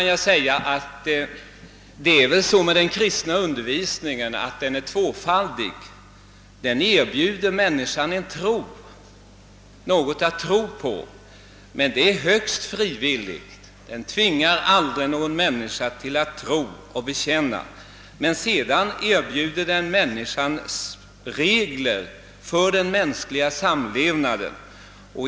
Den kristna undervisningen är tvåfaldig: dels erbjuder den människan något att tro på men tvingar aldrig någon att tro, dels erbjuder den människan regler för den mänskliga samlevnaden.